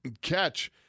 catch